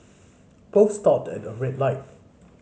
both stopped at a red light